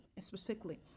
specifically